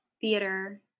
theater